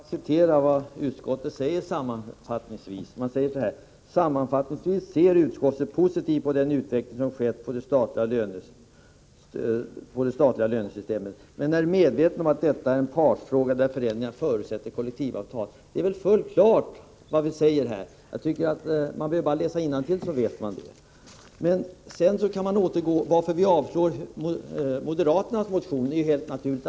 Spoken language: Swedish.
Herr talman! Låt mig bara citera vad utskottet säger i sin sammanfattning: ”Sammanfattningsvis ser utskottet positivt på den utveckling som skett av det statliga lönesystemet men är medvetet om att detta är partsfrågor där förändringar förutsätter kollektivavtal.” Det är väl fullt klart. Man behöver bara läsa innantill, så vet man det. Att vi avstyrker moderaternas motion är helt naturligt.